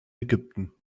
ägypten